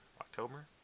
October